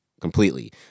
completely